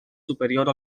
superior